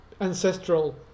ancestral